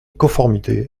conformité